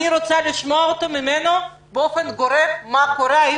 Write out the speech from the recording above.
אני רוצה לשמוע ממנו באופן גורף מה קורה.